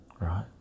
right